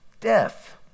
death